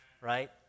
right